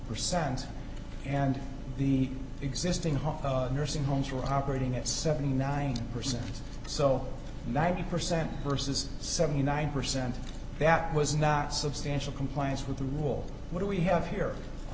percent and the existing home nursing homes were operating at seventy nine percent so ninety percent versus seventy nine percent that was not substantial compliance with the rule what do we have here